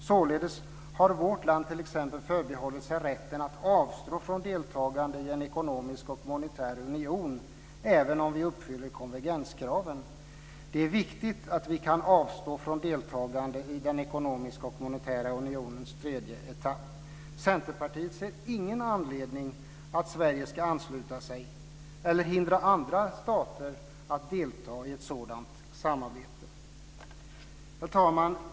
Således har vårt land t.ex. förbehållit sig rätten att avstå från deltagande i den ekonomiska och monetära unionen även om vi uppfyller konvergenskraven. Det är viktigt att vi kan avstå från deltagande i den ekonomiska och monetära unionens tredje etapp. Centerpartiet ser ingen anledning att Sverige ska ansluta sig eller hindra andra stater från att delta i ett sådant samarbete. Herr talman!